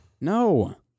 No